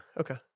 okay